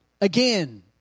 again